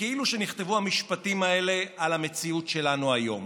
וכאילו נכתבו המשפטים האלה על המציאות שלנו היום: